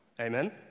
Amen